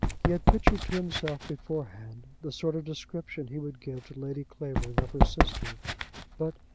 he had pictured to himself beforehand the sort of description he would give to lady clavering of her sister but,